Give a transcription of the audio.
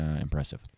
impressive